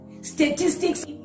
Statistics